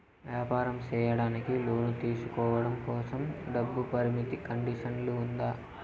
వ్యాపారం సేయడానికి లోను తీసుకోవడం కోసం, డబ్బు పరిమితి కండిషన్లు ఉందా?